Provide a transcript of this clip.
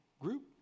group